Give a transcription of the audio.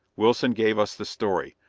wilson gave us the story,